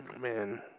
man